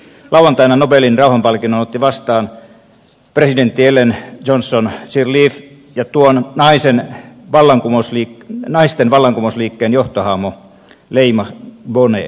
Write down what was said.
lauantaina nobelin rauhanpalkinnon ottivat vastaan presidentti ellen johnson sirleaf ja tuon naisten vallankumousliikkeen johtohahmo leymah gbowee